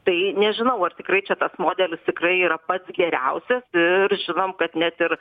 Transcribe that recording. tai nežinau ar tikrai čia tas modelis tikrai yra pats geriausias ir žinom kad net ir